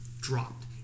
dropped